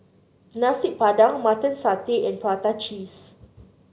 Nasi Padang Mutton Satay and Prata Cheese